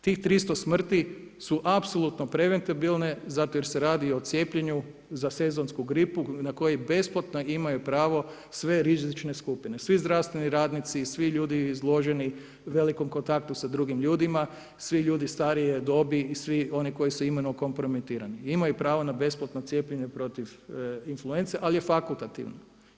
Tih 300 smrti su apsolutno preventabilne zato jer se radi o cijepljenju za sezonsku gripu na koju besplatno imaju pravo sve rizične skupine, svi zdravstveni radnici, svi ljudi izloženi velikom kontaktu sa drugim ljudima, svi ljudi starije dobi i svi oni koji su imunokompromitirani imaju pravo na besplatno cijepljenje protiv influence, ali je fakultativno.